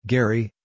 Gary